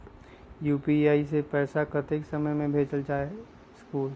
UPI से पैसा कतेक समय मे भेजल जा स्कूल?